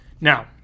Now